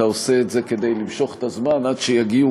אתה עושה את זה כדי למשוך את הזמן עד שיגיעו